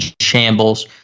shambles